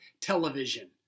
television